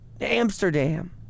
Amsterdam